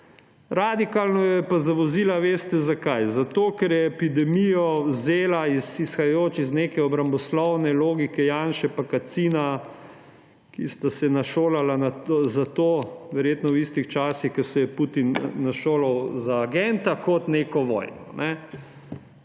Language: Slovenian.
Radikalno jo je pa zavozila − veste zakaj? Zato ker je epidemijo vzela, izhajajoč iz neke obramboslovne logike Janše pa Kacina, ki sta se izšolala za to, verjetno v istih časih, kot se je Putin izšolal za agenta, kot neko vojno.